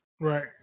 Right